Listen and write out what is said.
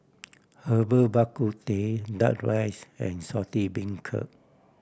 Herbal Bak Ku Teh Duck Rice and Saltish Beancurd